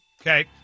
Okay